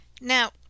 Now